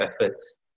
efforts